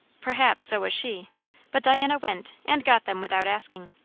perhaps so was she but diana went, and got them without asking.